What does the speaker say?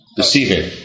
deceiving